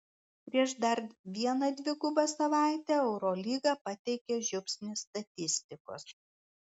prieš dar vieną dvigubą savaitę eurolyga pateikia žiupsnį statistikos